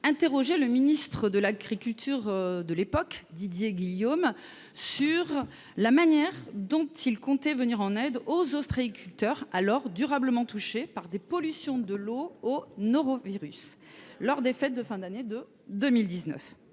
interrogeait le ministre de l’agriculture de l’époque, Didier Guillaume, sur la manière dont il comptait venir en aide aux ostréiculteurs, alors durement touchés par des pollutions de l’eau de mer au norovirus, lors des fêtes de fin d’année de 2019.